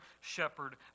shepherd